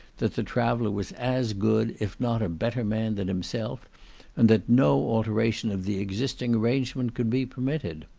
that the traveller was as good, if not a better man, than himself and that no alteration of the existing arrangement could be permitted.